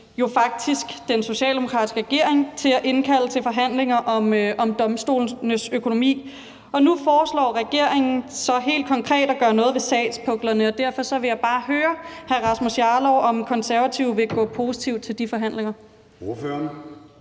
jo faktisk den socialdemokratiske regering til at indkalde til forhandlinger om domstolenes økonomi, og nu foreslår regeringen så helt konkret at gøre noget ved sagspuklerne, og derfor vil jeg bare høre hr. Rasmus Jarlov, om Konservative vil gå positivt til de forhandlinger.